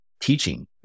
teaching